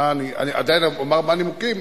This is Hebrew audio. אני עדיין אומר מה הנימוקים,